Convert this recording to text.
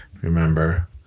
remember